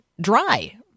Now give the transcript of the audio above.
dry